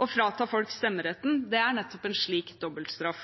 Å frata folk stemmeretten er nettopp en slik dobbeltstraff.